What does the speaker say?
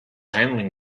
handling